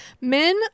Men